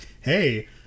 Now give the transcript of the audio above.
hey